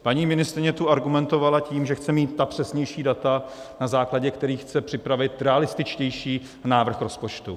Paní ministryně tu argumentovala tím, že chce mít ta přesnější data, na základě kterých chce připravit realističtější návrh rozpočtu.